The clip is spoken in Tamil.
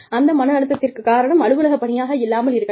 அந்த மன அழுத்தத்திற்கு காரணம் அலுவலக பணியாக இல்லாமல் இருக்கலாம்